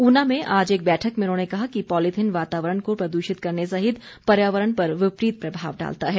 ऊना में आज एक बैठक में उन्होंने कहा कि पॉलिथीन वातावरण को प्रदूषित करने सहित पर्यावरण पर विपरीत प्रभाव डालता है